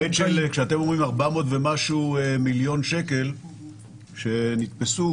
כשאתם אומרים 400 ומשהו מיליון שקל שנתפסו,